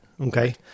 Okay